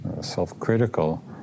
self-critical